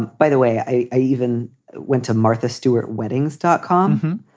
by the way. i even went to martha stewart weddings dot com,